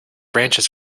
branches